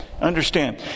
Understand